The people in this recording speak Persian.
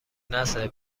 نسل